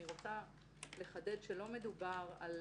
אני רוצה לחדד שלא מדובר על